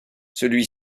celui